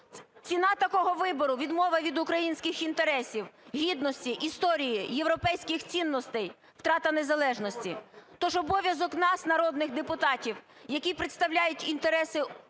Ціна такого вибору – відмова від українських інтересів, гідності, історії, європейських цінностей, втрата незалежності. Тож обов'язок нас, народних депутатів, які представляють інтереси українського